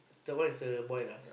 third one is the boy lah